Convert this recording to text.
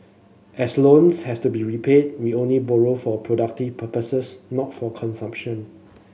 as loans have to be repaid we only borrowed for productive purposes not for consumption